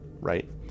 right